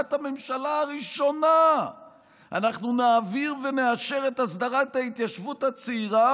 "בישיבת הממשלה הראשונה אנחנו נעביר ונאשר את הסדרת ההתיישבות הצעירה,